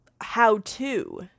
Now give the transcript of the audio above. how-to